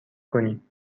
کنین